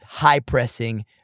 High-pressing